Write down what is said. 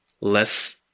less